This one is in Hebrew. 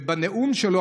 ובנאום שלו,